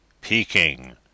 Peking